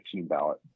ballot